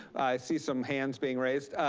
i see some hands being raised.